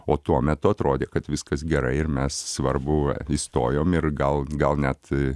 o tuo metu atrodė kad viskas gerai ir mes svarbu įstojom ir gal gal net